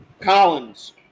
collins